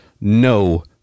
no